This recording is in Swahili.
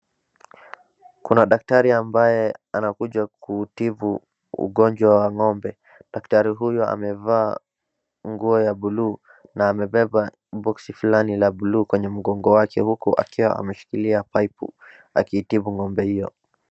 Kuna daktari ambaye anakuja kutibu ugonjwa wa ng'ombe, daktari huyo amevaa nguo ya bluu na amebeba boxi fulani la bluu kwenye mgongo wake huku ameshikilia pipu akitibu ng'ombe huyo.